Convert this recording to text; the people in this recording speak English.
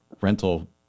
rental